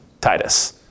Titus